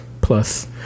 Plus